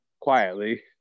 quietly